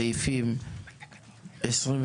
סעיפים 29,